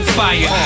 fire